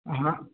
ہاں